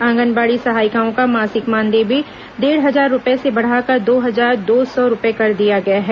आंगनवाड़ी सहायिकाओं का मासिक मानदेय भी डेढ़ हजार रुपए से बढ़ाकर दो हजार दो सौ रुपए कर दिया गया है